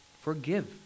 forgive